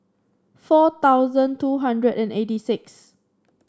four thousand two hundred and eighty six